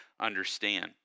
understand